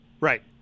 Right